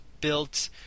built